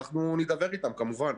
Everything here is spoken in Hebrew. אנחנו נידבר איתם כמובן.